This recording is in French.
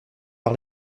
par